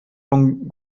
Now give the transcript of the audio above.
von